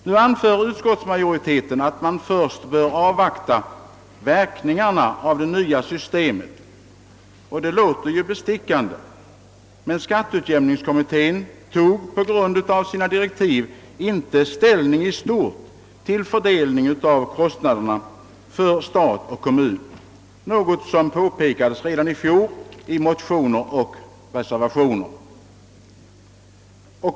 Nu anför utskottsmajoriteten att man först bör avvakta verkningarna av det nya systemet, och det låter ju bestickande. Men skatteutjämningskommittén tog på grund av sina direktiv inte ställning i stort till frågan om fördelningen av kostnaderna mellan stat och kommun, något som påpekades i motioner och reservationer redan i fjol.